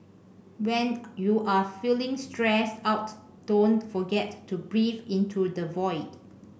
when you are feeling stressed out don't forget to breathe into the void